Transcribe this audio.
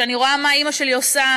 כשאני רואה מה אימא שלי עושה,